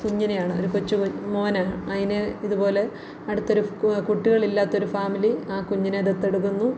കുഞ്ഞിനെയാണ് ഒരു കൊച്ചു മോനാ അതിനെ ഇതുപോലെ അടുത്തൊരു കുട്ടികളില്ലാത്ത ഒരു ഫാമിലി ആ കുഞ്ഞിനെ ദത്തെടുക്കുന്നു